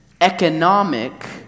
economic